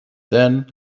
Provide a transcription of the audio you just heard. then